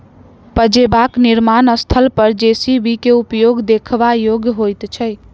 पजेबाक निर्माण स्थल पर जे.सी.बी के उपयोग देखबा योग्य होइत छै